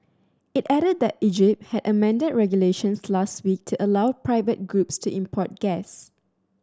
it added that Egypt had amended regulations last week to allow private groups to import gas